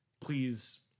Please